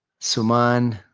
suman.